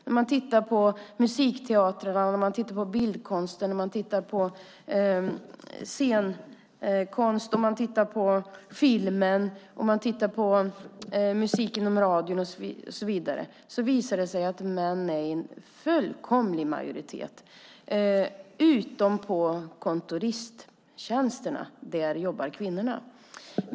När man tittar på musikteatrarna, bildkonsten, scenkonsten, filmen, musik på radion och så vidare visar det sig att män är i fullkomlig majoritet utom på kontoristtjänsterna. Där jobbar kvinnorna.